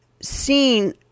seen